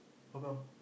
how come